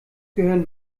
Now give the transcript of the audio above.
gehören